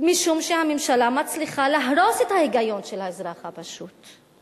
משום שהממשלה מצליחה להרוס את ההיגיון של האזרח הפשוט.